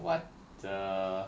what the